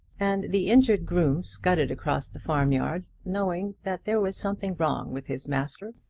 and the injured groom scudded across the farm-yard, knowing that there was something wrong with his master.